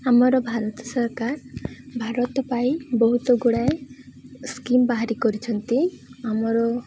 ଆମର ଭାରତ ସରକାର ଭାରତ ପାଇଁ ବହୁତ ଗୁଡ଼ାଏ ସ୍କିମ୍ ବାହାରି କରିଛନ୍ତି ଆମର